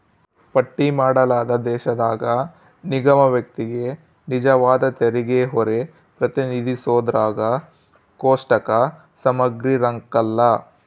ಪಟ್ಟಿ ಮಾಡಲಾದ ದೇಶದಾಗ ನಿಗಮ ವ್ಯಕ್ತಿಗೆ ನಿಜವಾದ ತೆರಿಗೆಹೊರೆ ಪ್ರತಿನಿಧಿಸೋದ್ರಾಗ ಕೋಷ್ಟಕ ಸಮಗ್ರಿರಂಕಲ್ಲ